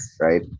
right